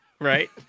right